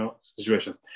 situation